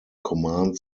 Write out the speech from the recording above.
command